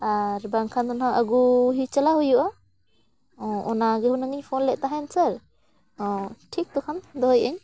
ᱟᱨ ᱵᱟᱝᱠᱷᱟᱱ ᱫᱚ ᱱᱟᱦᱟᱜ ᱟᱹᱜᱩ ᱪᱟᱞᱟᱣ ᱦᱩᱭᱩᱜᱼᱟ ᱚᱻ ᱚᱱᱟᱜᱮ ᱦᱩᱱᱟᱹᱝᱤᱧ ᱯᱷᱳᱱ ᱞᱮᱫ ᱛᱟᱦᱮᱱ ᱥᱮᱨ ᱚᱻ ᱴᱷᱤᱠ ᱛᱚᱠᱷᱟᱱ ᱫᱚᱦᱚᱭᱮᱫᱟᱹᱧ